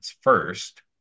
first